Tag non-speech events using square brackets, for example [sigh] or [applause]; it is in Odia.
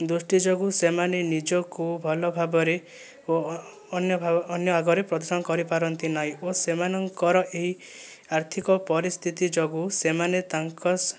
ଦୃଷ୍ଟି ଯୋଗୁଁ ସେମାନେ ନିଜକୁ ଭଲଭାବରେ ଓ ଅନ୍ୟ [unintelligible] ଅନ୍ୟ ଆଗରେ ପ୍ରଦର୍ଶନ କରିପାରନ୍ତି ନାହିଁ ଓ ସେମାନଙ୍କର ଏହି ଆର୍ଥିକ ପରିସ୍ଥିତି ଯୋଗୁଁ ସେମାନେ ତାଙ୍କ